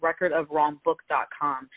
recordofwrongbook.com